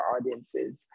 audiences